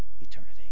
eternity